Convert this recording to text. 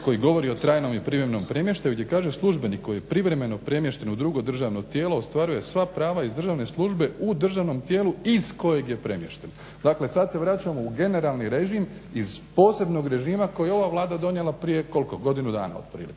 koji govori o trajnom i privremenom premještaju gdje kaže službenik koji je privremeno premješten u drugo državno tijelo ostvaruje sva prava iz državne službe u državnom tijelu iz kojeg je premješten. Dakle, sad se vraćamo u generalni režim iz posebnog režima koji je ova Vlada donijela prije koliko? Godinu dana otprilike.